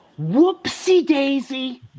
whoopsie-daisy